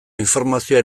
informazioa